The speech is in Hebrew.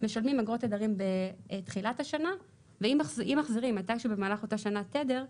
משלמים אגרות תדרים בתחילת השנה ואם מחזירים מתישהו במהלך אותה שנה תדר,